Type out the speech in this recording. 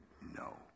no